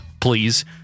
please